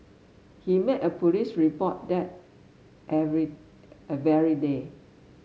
he made a police report that every a very day